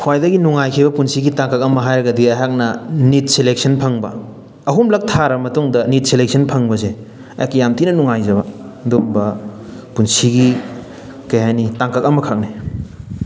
ꯈ꯭ꯋꯥꯏꯗꯒꯤ ꯅꯨꯡꯉꯥꯏꯈꯤꯕ ꯄꯨꯟꯁꯤꯒꯤ ꯇꯥꯡꯀꯛ ꯑꯃ ꯍꯥꯏꯔꯒꯗꯤ ꯑꯩꯍꯥꯛꯅ ꯅꯤꯠ ꯁꯦꯂꯦꯛꯁꯟ ꯐꯪꯕ ꯑꯍꯨꯝꯂꯛ ꯊꯥꯔ ꯃꯇꯨꯡꯗ ꯅꯤꯠ ꯁꯦꯂꯦꯛꯁꯟ ꯐꯪꯕꯁꯦ ꯑꯩ ꯌꯥꯝ ꯊꯤꯅ ꯅꯨꯡꯉꯥꯏꯖꯕ ꯑꯗꯨꯝꯕ ꯄꯨꯟꯁꯤꯒꯤ ꯀꯩꯍꯥꯏꯅꯤ ꯇꯥꯡꯀꯛ ꯑꯃꯈꯛꯅꯤ